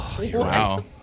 Wow